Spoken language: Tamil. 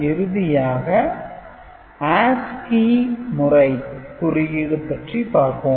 இறுதியாக ASCII முறை குறியீடு பற்றி பார்ப்போம்